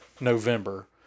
November